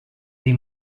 dei